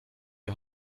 die